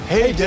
Hey